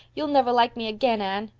you'll never like me again, anne.